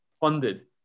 funded